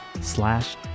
slash